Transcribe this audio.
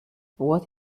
what